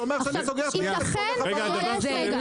זה אומר שאני סוגר את העסק והולך הביתה.